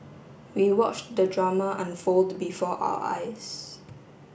we watched the drama unfold before our eyes